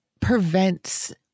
prevents